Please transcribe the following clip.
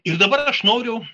ir dabar aš noriu